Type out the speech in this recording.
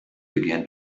began